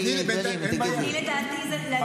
שאת באה ליושב-ראש בטרוניה.